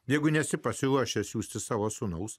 jeigu nesi pasiruošęs siųsti savo sūnaus